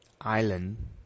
island